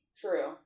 True